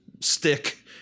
stick